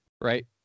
Right